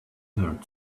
desert